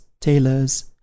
tailors